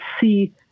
see